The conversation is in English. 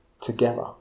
together